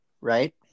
right